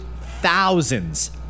thousands